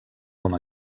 com